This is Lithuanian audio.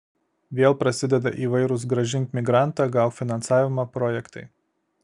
vėl prasideda įvairūs grąžink migrantą gauk finansavimą projektai